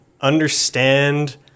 understand